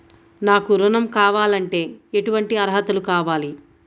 నాకు ఋణం కావాలంటే ఏటువంటి అర్హతలు కావాలి?